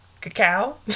cacao